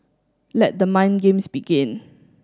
let the mind games begin